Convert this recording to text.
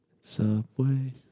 Subway